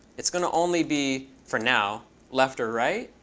it's going to only be for now left or right.